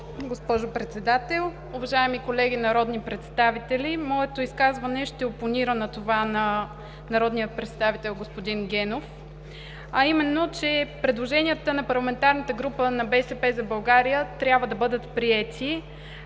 госпожо Председател. Уважаеми колеги народни представители, моето изказване ще опонира на това на народния представител господин Генов, а именно, че предложенията на парламентарната група на „БСП за България“ трябва да бъдат приети,